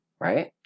Right